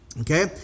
Okay